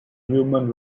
human